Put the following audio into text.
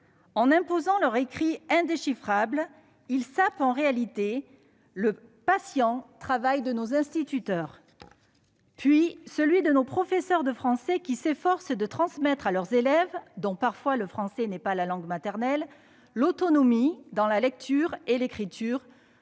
En imposant leurs écrits indéchiffrables, ils sapent en réalité le patient travail de nos instituteurs et de nos professeurs de français, qui s'efforcent de transmettre à leurs élèves, dont le français n'est parfois pas la langue maternelle, l'autonomie dans la lecture et l'écriture,